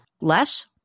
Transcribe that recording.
less